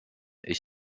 ich